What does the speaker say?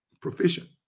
proficient